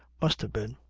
must have been.